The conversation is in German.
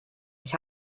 ich